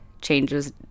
changes